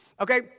Okay